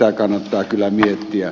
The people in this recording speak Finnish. tätä kannattaa kyllä miettiä